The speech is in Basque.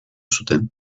zuten